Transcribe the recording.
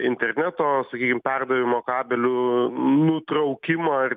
interneto sakykim perdavimo kabelių nutraukimą ir